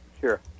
sure